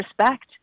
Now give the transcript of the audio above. respect